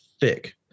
thick